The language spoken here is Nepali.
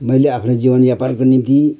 मैले आफ्नो जीवन यापनको निम्ति